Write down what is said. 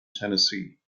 tennessee